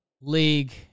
League